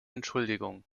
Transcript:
entschuldigung